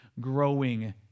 growing